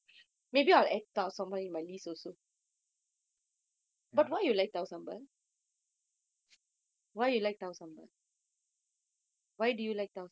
maybe I'll add tau sambal in my list also but why you like tau sambal why you like tau sambal why do you like tau sambal